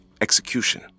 execution